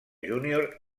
júnior